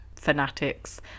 fanatics